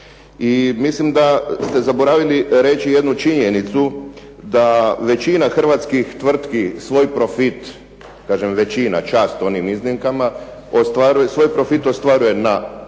mislim da ste zaboravili reći jednu činjenicu da većina Hrvatskih tvrtki svoj profit kažem većina, čast onim iznimkama, svoj profit ostvaruje zbog monopolističke